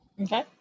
Okay